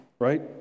right